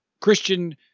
Christian